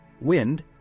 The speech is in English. wind